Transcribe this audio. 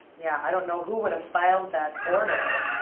yeah i don't know who would have filed that order.